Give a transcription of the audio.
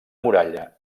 muralla